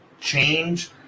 change